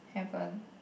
haven't